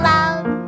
Love